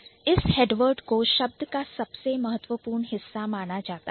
इस Head word को शब्द का सबसे महत्वपूर्ण हिस्सा माना जाता है